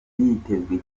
yitezwe